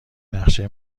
نقشه